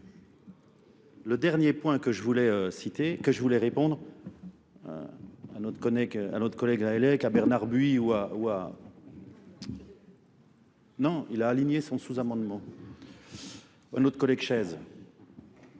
le dernier point que je voulais citer, que je voulais répondre à notre collègue à Hellec, à Bernard Buie ou à Non, il a aligné son sous-amendement. Un autre collègue chaises,